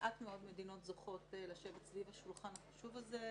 מעט מאוד מדינות זוכות לשבת סביב השולחן החשוב הזה,